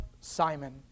Simon